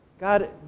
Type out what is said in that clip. God